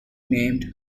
named